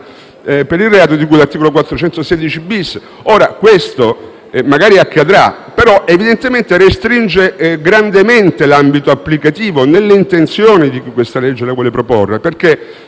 per il reato di cui all'articolo 416-*bis*. Ora, questo magari accadrà, però restringe grandemente l'ambito applicativo nelle intenzioni di chi questa legge vuole proporre.